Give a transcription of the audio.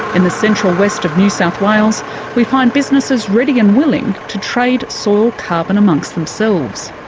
in the central west of new south wales we find businesses ready and willing to trade soil carbon amongst themselves.